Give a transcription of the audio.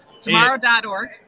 Tomorrow.org